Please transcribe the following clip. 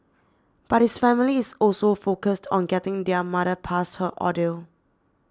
but his family is also focused on getting their mother past her ordeal